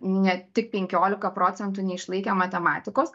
ne tik penkiolika procentų neišlaikė matematikos